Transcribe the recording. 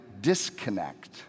disconnect